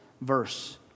verse